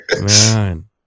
man